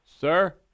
Sir